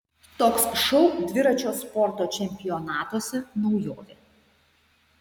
toks šou dviračio sporto čempionatuose naujovė